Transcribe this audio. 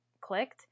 clicked